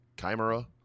Chimera